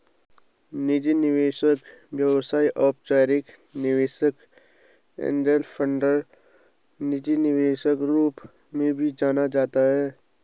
निजी निवेशक व्यवसाय अनौपचारिक निवेशक एंजेल फंडर निजी निवेशक रूप में भी जाना जाता है